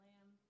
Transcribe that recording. Lamb